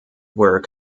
were